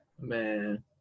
man